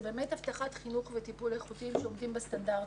זאת באמת הבטחת חינוך וטיפול איכותי שעומדים בסטנדרטים.